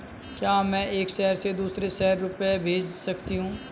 क्या मैं एक शहर से दूसरे शहर रुपये भेज सकती हूँ?